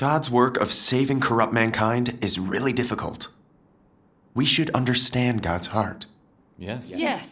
god's work of saving corrupt mankind is really difficult we should understand god's heart yes ye